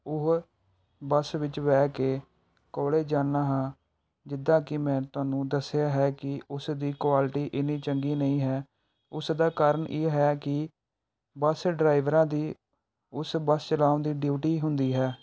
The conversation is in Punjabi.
ਉਹ ਬਸ ਵਿਚ ਬਹਿ ਕੇ ਕੋਲਜ ਜਾਂਦਾ ਹਾਂ ਜਿੱਦਾਂ ਕਿ ਮੈਂ ਤੁਹਾਨੂੰ ਦੱਸਿਆ ਹੈ ਕਿ ਉਸ ਦੀ ਕੁਆਲਿਟੀ ਇੰਨੀ ਚੰਗੀ ਨਹੀਂ ਹੈ ਉਸ ਦਾ ਕਾਰਨ ਇਹ ਹੈ ਕਿ ਬਸ ਡਰਾਈਵਰਾਂ ਦੀ ਉਸ ਬਸ ਚਲਾਉਣ ਦੀ ਡਿਊਟੀ ਹੁੰਦੀ ਹੈ